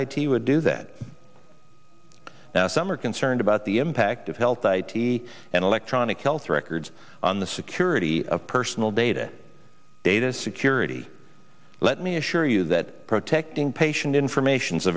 t would do that now some are concerned about the impact of health i t and electronic health records on the security of personal data data security let me assure you that protecting patient information